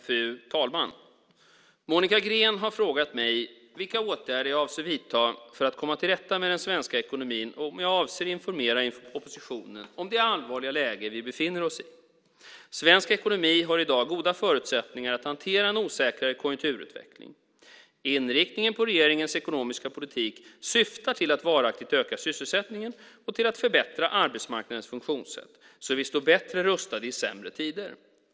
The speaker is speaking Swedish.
Fru talman! Monica Green har frågat mig vilka åtgärder jag avser att vidta för att komma till rätta med den svenska ekonomin och om jag avser att informera oppositionen om det allvarliga läge vi befinner oss i. Svensk ekonomi har i dag goda förutsättningar att hantera en osäkrare konjunkturutveckling. Inriktningen på regeringens ekonomiska politik syftar till att varaktigt öka sysselsättningen och till att förbättra arbetsmarknadens funktionssätt så att vi står bättre rustade i sämre tider.